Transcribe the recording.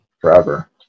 forever